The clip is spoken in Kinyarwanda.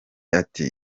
ati